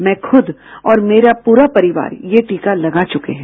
मैं खुद और मेरा पूरा परिवार ये टीका लगा चुके हैं